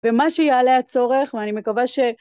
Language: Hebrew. ומה שיהיה עליה צורך, ואני מקווה ש...